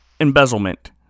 embezzlement